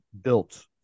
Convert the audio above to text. built